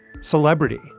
Celebrity